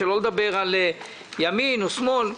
שלא לדבר על ימין או שמאל.